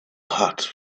hot